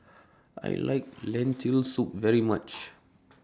I like Lentil Soup very much